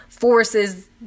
forces